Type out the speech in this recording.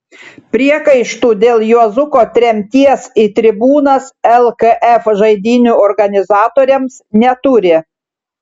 priekaištų dėl juozuko tremties į tribūnas lkf žaidynių organizatoriams neturi